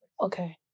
Okay